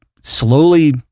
slowly